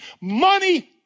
money